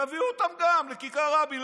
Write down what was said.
יביאו אותם גם לכיכר רבין.